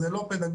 זה לא פדגוגי,